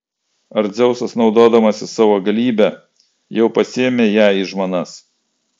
ar dzeusas naudodamasis savo galybe jau pasiėmė ją į žmonas